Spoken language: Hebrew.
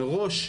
מראש,